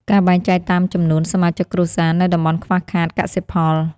ការបែងចែកតាមចំនួនសមាជិកគ្រួសារ នៅតំបន់ខ្វះខាតកសិផល។